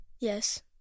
Yes